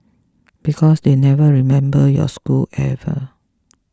because they never remember your school ever